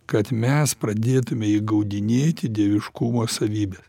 kad mes pradėtume įgaudinėti dieviškumo savybes